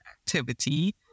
activity